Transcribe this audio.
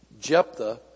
Jephthah